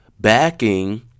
backing